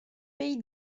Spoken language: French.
pays